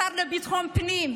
לשר לביטחון פנים: